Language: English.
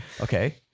okay